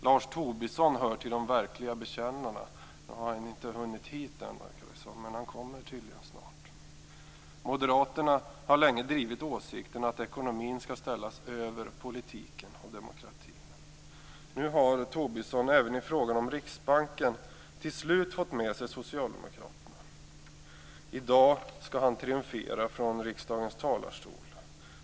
Lars Tobisson hör till de verkliga bekännarna - han verkar inte ha hunnit hit ännu men han kommer tydligen strax. Moderaterna har länge drivit åsikten att ekonomin skall ställas över politiken och demokratin. Lars Tobisson har även i frågan om Riksbanken nu till slut fått med sig socialdemokraterna. I dag skall han triumfera här i riksdagens talarstol.